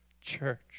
church